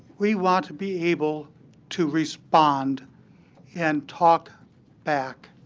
we want to be able to respond and talk back,